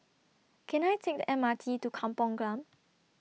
Can I Take The M R T to Kampung Glam